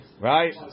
Right